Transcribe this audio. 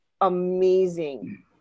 amazing